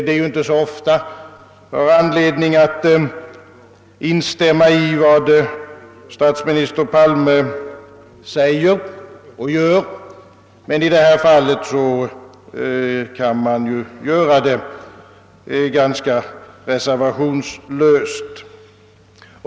Det är inte så ofta jag har anledning att instämma i vad statsminister Palme säger, men i detta fall kan jag göra det ganska reservationslöst.